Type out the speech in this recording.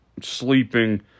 sleeping